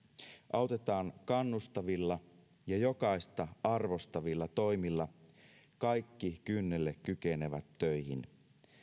autetaan kannustavilla ja jokaista arvostavilla toimilla kaikki kynnelle kykenevät töihin